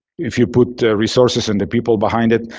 if you put resources in the people behind it,